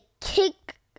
kick